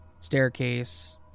staircase